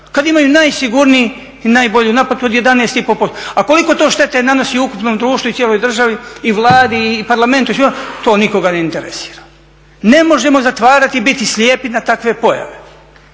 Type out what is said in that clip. kad imaju najsigurniji i najbolju naplatu od 11,5% A koliko to štete nanosi ukupnom društvu i cijeloj državi i Vladi i Parlamentu i svima, to nikoga ne interesira. Ne možemo zatvarati i biti slijepi na takve pojave.